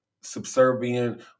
subservient